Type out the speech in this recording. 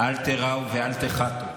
"אל תיראו ואל תחתו".